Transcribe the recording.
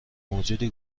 موجودی